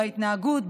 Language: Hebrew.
בהתנהגות,